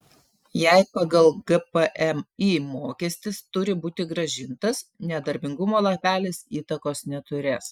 jei pagal gpmį mokestis turi būti grąžintas nedarbingumo lapelis įtakos neturės